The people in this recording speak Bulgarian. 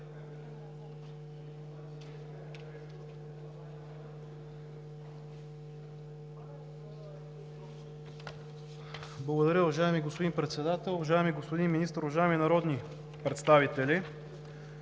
Благодаря, уважаеми господин Председател. Уважаеми господин Министър, уважаеми народни представители!